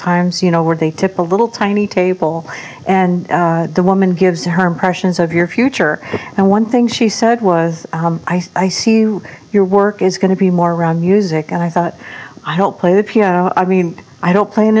times you know where they took a little tiny table and the woman gives her impressions of your future and one thing she said was i see you your work is going to be more around music and i thought i don't play the piano i mean i don't play an